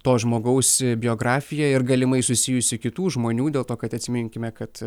to žmogaus biografija ir galimai susijusių kitų žmonių dėl to kad atsiminkime kad